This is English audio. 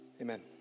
Amen